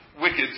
wicked